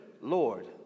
Lord